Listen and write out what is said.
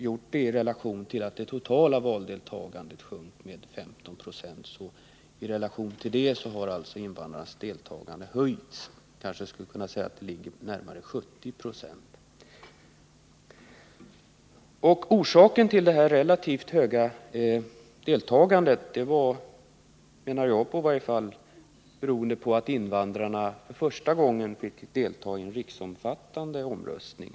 I relation till att det totala valdeltagandet sjönk med 15 26 har invandrarnas valdeltagande höjts. Det kan sägas ligga på närmare 70 96. Orsaken till detta relativt höga valdeltagande är enligt min mening att invandrarna för första gången fick delta i en riksomfattande omröstning.